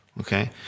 Okay